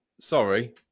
Sorry